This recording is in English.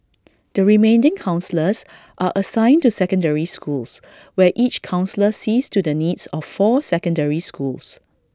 the remaining counsellors are assigned to secondary schools where each counsellor sees to the needs of four secondary schools